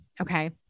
Okay